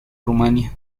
rumanía